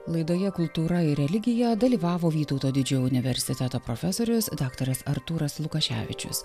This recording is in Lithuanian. laidoje kultūra ir religija dalyvavo vytauto didžiojo universiteto profesorius daktaras artūras lukaševičius